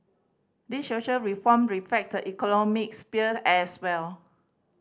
the social reform economic sphere as well